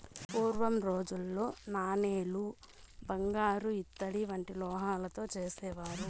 పూర్వం రోజుల్లో నాణేలు బంగారు ఇత్తడి వంటి లోహాలతో చేసేవారు